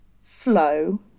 slow